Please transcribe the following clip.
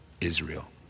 Israel